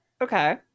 Okay